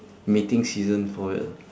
mating season for it lah